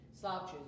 slouches